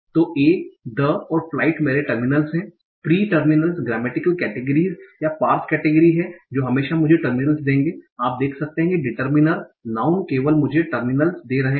तो a the और flight मेरे टर्मिनल हैं प्री टर्मिनल्स ग्रामेटिकल केटेगरीस या पार्स केटेगरी हैं जो हमेशा मुझे टर्मिनल्स देंगे आप देख सकते हैं कि डिटर्मिनर नाउँन केवल मुझे टर्मिनल्स दे रहे हैं